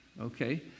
Okay